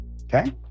Okay